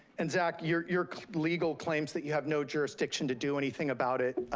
and zach, your your legal claims that you have no jurisdiction to do anything about it,